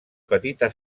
petita